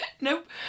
Nope